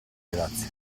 grazie